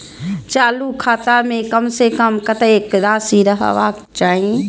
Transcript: चालु खाता में कम से कम कतेक राशि रहबाक चाही?